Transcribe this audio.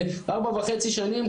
ארבע וחצי שנים,